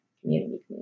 Community